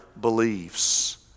beliefs